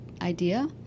idea